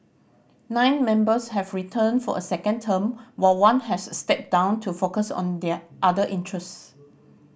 nine members have returned for a second term while one has stepped down to focus on their other interests